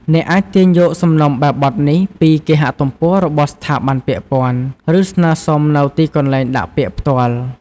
អ្នកអាចទាញយកសំណុំបែបបទនេះពីគេហទំព័ររបស់ស្ថាប័នពាក់ព័ន្ធ ឬស្នើសុំនៅទីកន្លែងដាក់ពាក្យផ្ទាល់។